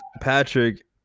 patrick